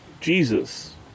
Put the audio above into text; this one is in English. Jesus